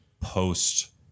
post